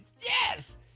Yes